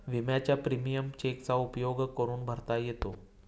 विम्याचा प्रीमियम चेकचा उपयोग करून भरता येतो